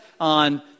on